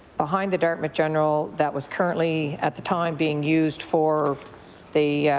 behind the dartmouth general that was currently, at the time, being used for the